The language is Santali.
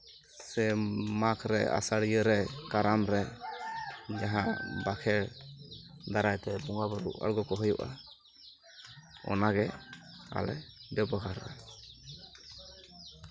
ᱥᱮ ᱢᱟᱜᱽ ᱨᱮ ᱟᱥᱟᱲᱤᱭᱟᱹ ᱨᱮ ᱠᱟᱨᱟᱢ ᱨᱮ ᱡᱟᱦᱟᱸ ᱵᱟᱠᱷᱮᱬ ᱫᱟᱨᱟᱭ ᱛᱮ ᱵᱚᱸᱜᱟᱼᱵᱩᱨᱩ ᱠᱚ ᱟᱬᱜᱚ ᱠᱚ ᱦᱩᱭᱩᱜᱼᱟ ᱚᱱᱟ ᱜᱮ ᱟᱞᱮ ᱵᱮᱵᱚᱦᱟᱨᱟᱞᱮ